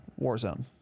Warzone